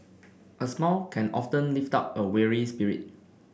a smile can often lift up a weary spirit